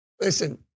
Listen